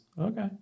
Okay